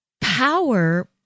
Power